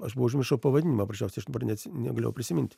aš buvau užmiršau pavadinimą paprasčiausiai dabar neatsi negalėjau prisiminti